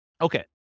Okay